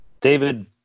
David